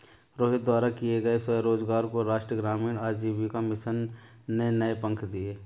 रोहित द्वारा किए गए स्वरोजगार को राष्ट्रीय ग्रामीण आजीविका मिशन ने नए पंख दिए